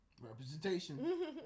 Representation